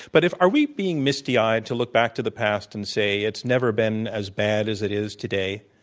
but if are we being misty-eyed to look back to the past and say, it's never been as bad as it is today?